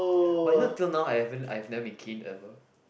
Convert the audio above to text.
but you know till now I haven't I've never been cane ever